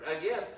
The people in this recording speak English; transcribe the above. Again